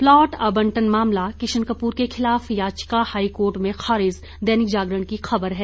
plot आवंटन मामला किशन कपूर के खिलाफ याचिका हाईकोर्ट में खारिज दैनिक जागरण की खबर है